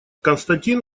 константин